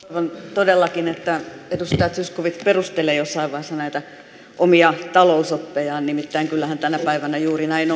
todellakin että edustaja zyskowicz perustelee jossain vaiheessa näitä omia talousoppejaan nimittäin kyllähän tänä päivänä on juuri näin